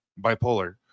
bipolar